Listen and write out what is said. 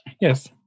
Yes